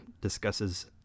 discusses